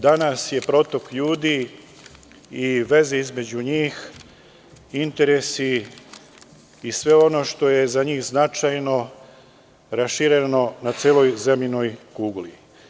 Danas je protok ljudi i veze između njih interesi i sve ono što je za njih značajno rašireno na celoj zemljinoj kugli.